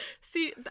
See